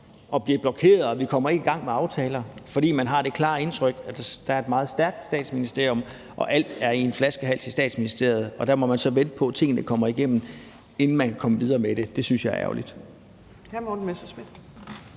bliver blokeret, så vi ikke kommer i gang med aftaler, fordi der er – det er det klare indtryk – et meget stærkt Statsministerium, hvor alt ender i en flaskehals, så man må vente på, at tingene kommer igennem der, inden man kan komme videre med dem. Det synes jeg er ærgerligt.